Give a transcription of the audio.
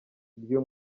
iby’uyu